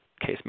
case